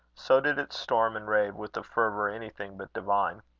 so did it storm and rave with a fervour anything but divine.